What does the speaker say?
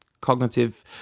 cognitive